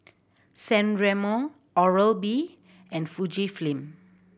San Remo Oral B and Fujifilm